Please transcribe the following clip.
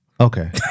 Okay